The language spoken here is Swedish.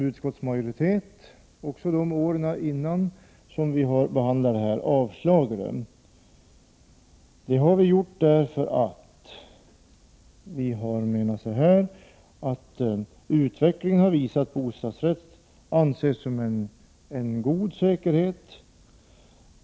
Utskottsmajoriteten har tidigare avstyrkt motioner i ärendet, och det har vi gjort därför att utvecklingen har visat att bostadsrätt anses vara en god säkerhet.